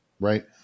right